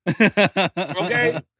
Okay